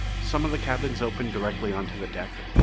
some of the cabins opened directly onto the deck.